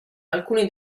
alcuni